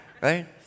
right